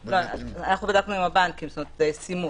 אנחנו בדקנו עם הבנקים, את הישימות.